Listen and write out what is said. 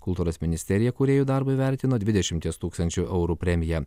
kultūros ministerija kūrėjų darbą įvertino dvidešimties tūkstančių eurų premija